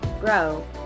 Grow